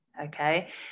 okay